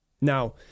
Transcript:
Now